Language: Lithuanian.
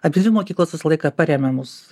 abidvi mokyklos visą laiką paremia mus